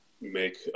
make